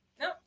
No